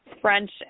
French